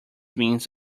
means